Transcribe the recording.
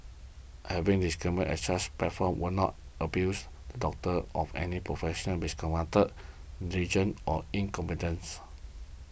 having disclaimers at such platforms will not abuse the doctor of any professional misconduct or incompetence